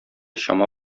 чама